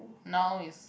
now is